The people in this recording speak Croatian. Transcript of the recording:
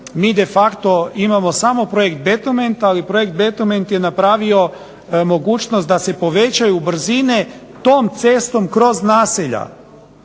mi de facto imamo samo "Projekt Betterment", ali "Projekt Betterment" je napravio mogućnost da se povećaju brzine tom cestom kroz naselja.